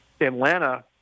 Atlanta